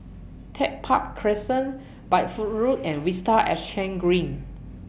Tech Park Crescent Bideford Road and Vista Exhange Green